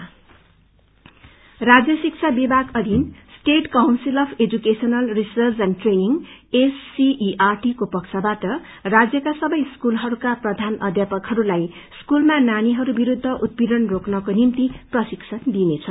SCERT राज्य शिक्षा विभाग अधीन state council of education research and training SCERT को पक्षवाट राज्यका सबै स्कूलहरूका प्रधान अध्यापकहस्लाई स्कूलमा नानीहरू विरूद्ध उत्पीड़न रोकनको निम्ति प्रशिक्षण दिइनेछ